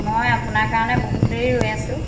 মই আপোনাৰ কাৰণে বহুত দেৰি ৰৈ আছোঁ